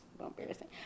embarrassing